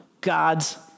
God's